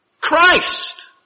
Christ